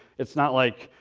it's not like,